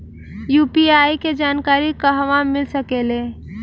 UPI के जानकारी कहवा मिल सकेले?